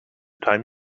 time